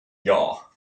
yaw